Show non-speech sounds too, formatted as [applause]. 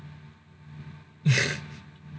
[laughs]